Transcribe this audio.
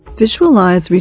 Visualize